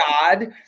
God